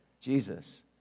Jesus